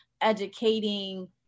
educating